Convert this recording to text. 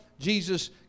Jesus